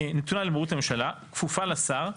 כפופה לשר,